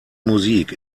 musik